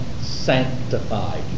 sanctified